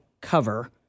cover